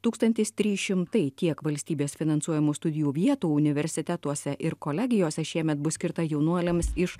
tūkstantis trys šimtai tiek valstybės finansuojamų studijų vietų universitetuose ir kolegijose šiemet bus skirta jaunuoliams iš